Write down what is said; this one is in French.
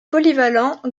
polyvalent